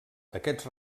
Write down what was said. aquests